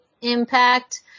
Impact